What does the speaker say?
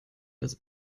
das